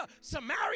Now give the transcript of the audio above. Samaria